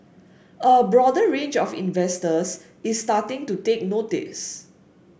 a broader range of investors is starting to take notice